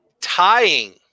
tying